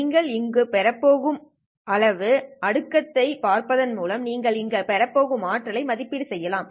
நீங்கள் இங்கு பெறப் போகும் அளவு அடுக்குத்தைப் பார்ப்பதன் மூலம் நீங்கள் இங்கு பெறப் போகும் ஆற்றலை மதிப்பீடு செய்யலாம்